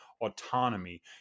autonomy